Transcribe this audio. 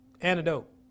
antidote